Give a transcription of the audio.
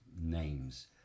names